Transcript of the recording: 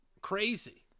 crazy